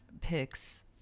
picks